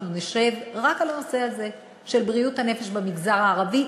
אנחנו נשב רק על הנושא הזה של בריאות הנפש במגזר הערבי,